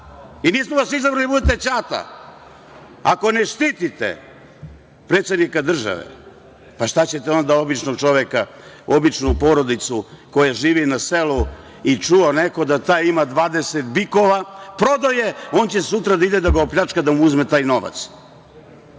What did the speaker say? i nismo vas izabrali da budete ćata. Ako ne štitite predsednika države, šta ćete onda sa običnim čovekom, običnom porodicom koja živi na selu i čuo neko da taj ima 20 bikova, prodao je, on će sutra da ide da ga opljačka i da mu uzme taj novac. Hajde